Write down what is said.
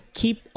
keep